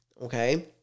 okay